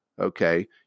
Okay